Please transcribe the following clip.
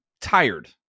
tired